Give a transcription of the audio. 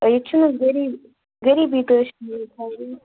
ہَے ییٚتہِ چھِنہٕ حظ غریٖب غریٖبٕے تہٕ حظ چھِ